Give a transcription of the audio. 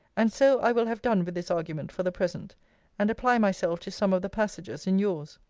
and so i will have done with this argument for the present and apply myself to some of the passages in yours.